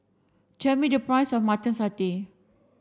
tell me the price of mutton satay